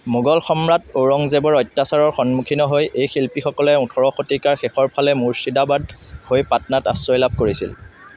মোগল সম্ৰাট ঔৰংজেবৰ অত্যাচাৰৰ সন্মুখীন হৈ এই শিল্পীসকলে ওঠৰ শতিকাৰ শেষৰ ফালে মুৰ্শিদাবাদ হৈ পাটনাত আশ্ৰয় লাভ কৰিছিল